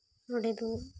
ᱱᱚᱸᱰᱮ ᱫᱚ